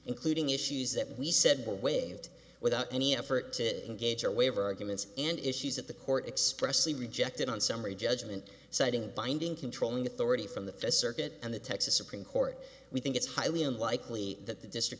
including issues that we said waived without any effort to engage or waiver arguments and issues that the court expressly rejected on summary judgment citing binding controlling authority from the first circuit and the texas supreme court we think it's highly unlikely that the district